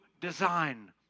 design